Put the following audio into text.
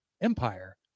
empire